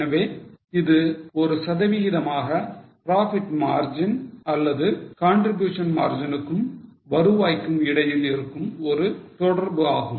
எனவே இது ஒரு சதவிகிதமாக profit margin அல்லது contribution margin க்கும் வருவாய்க்கும் இடையில் இருக்கும் ஒரு தொடர்பு ஆகும்